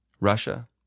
Russia